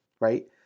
right